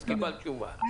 אז קיבלת תשובה.